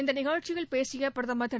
இந்த நிகழ்ச்சியில் பேசிய பிரதமர் திரு